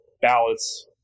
ballots